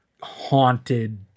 haunted